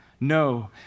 No